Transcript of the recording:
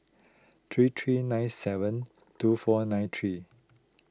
three three nine seven two four nine three